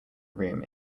room